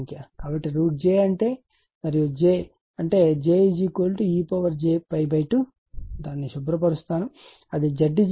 కాబట్టి √ j అంటే మరియు j అంటే j ej2 దాన్ని శుభ్ర పరుస్తాను